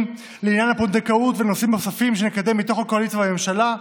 לעניין הפונדקאות ונושאים נוספים שנקדם מתוך הקואליציה והממשלה.